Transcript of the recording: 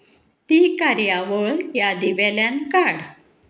ती कार्यावळ यादी वेल्यान काड